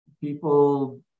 people